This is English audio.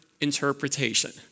Interpretation